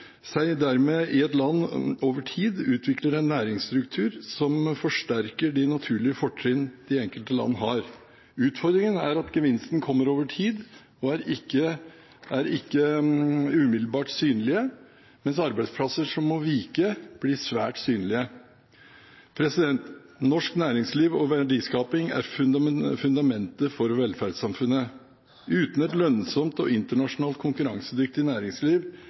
seg dermed i at land over tid utvikler en næringsstruktur som forsterker de naturlige fortrinn de enkelte land har. Utfordringen er at gevinsten kommer over tid og ikke umiddelbart er synlig, mens arbeidsplasser som må vike, blir svært synlige. Norsk næringsliv og verdiskaping er fundamentet for velferdssamfunnet. Uten et lønnsomt og internasjonalt konkurransedyktig næringsliv